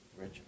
Rich